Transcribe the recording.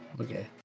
okay